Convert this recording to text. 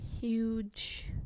huge